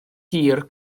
hir